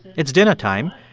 it's dinnertime.